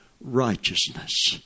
righteousness